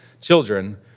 children